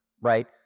right